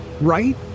right